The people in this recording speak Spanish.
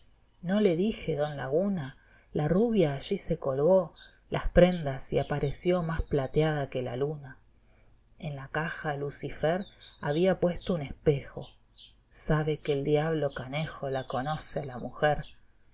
no le dije don laguna la rubia allí se colgó las prendas y apareció ivlás plateada que la luna en la caja lucifer había puesto un espejo sabe que el diablo canejo la conoce a la mujer